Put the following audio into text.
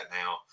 now